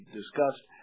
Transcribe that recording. discussed